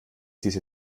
diese